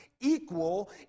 equal